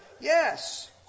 yes